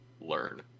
learn